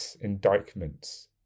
indictments